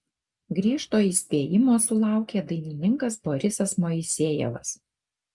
griežto įspėjimo sulaukė dainininkas borisas moisejevas